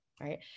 Right